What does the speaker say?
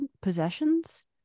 possessions